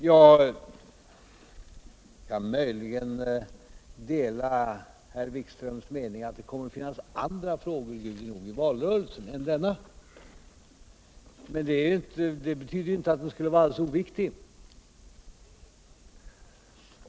Jag kan möjligen dela herr Wikströms mening att det kommer att finnas andra frågor i valrörelsen än denna. men det beryder inte att den skulle vara alldeles oviktig.